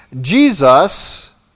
Jesus